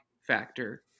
factor